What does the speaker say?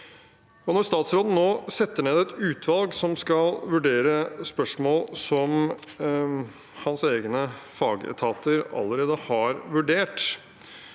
Når statsråden nå setter ned et utvalg som skal vurdere spørsmål som hans egne fagetater allerede har vurdert,